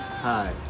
Hi